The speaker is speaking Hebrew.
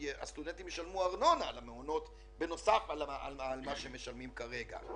שהסטודנטים ישלמו ארנונה על המעונות בנוסף למה שהם משלמים כרגע.